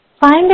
Find